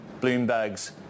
Bloomberg's